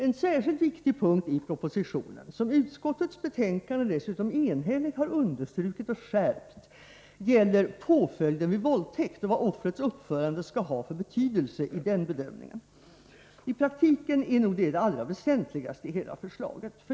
En särskilt viktig punkt i propositionen, som i utskottets betänkande dessutom enhälligt har understrukits och skärpts, gäller påföljden vid våldtäkt och vad offrets uppförande skall ha för betydelse i den bedömningen. I praktiken är nog detta det allra väsentligaste i hela förslaget.